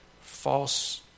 false